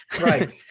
Right